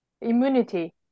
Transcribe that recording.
immunity